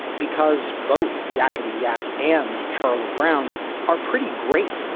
because both yackety yak and charlie brown are pretty great,